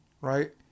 right